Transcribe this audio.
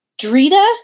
Drita